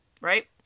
right